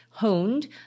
honed